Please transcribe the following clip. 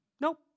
Nope